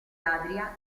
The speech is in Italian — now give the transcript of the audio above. adria